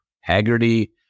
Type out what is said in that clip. Haggerty